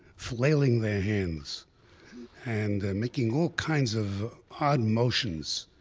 flailing their hands and making all kinds of odd motions.